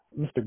Mr